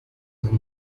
metal